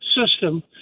system